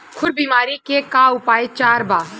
खुर बीमारी के का उपचार बा?